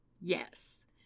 Yes